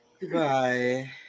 goodbye